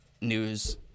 news